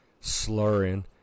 slurring